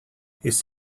his